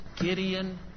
Gideon